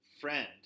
friend